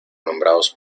nombrados